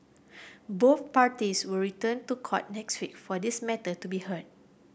both parties will return to court next week for this matter to be heard